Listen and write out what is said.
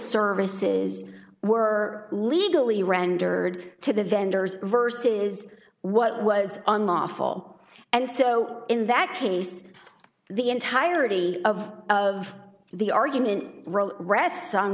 services were legally rendered to the vendors versus what was unlawful and so in that case the entirety of of the argument re